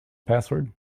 password